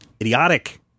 idiotic